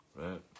right